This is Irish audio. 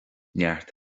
neart